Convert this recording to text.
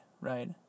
Right